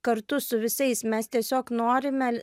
kartu su visais mes tiesiog norime